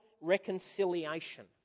reconciliation